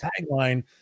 tagline